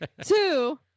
Two